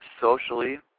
socially